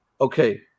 okay